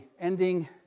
ending